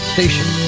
Station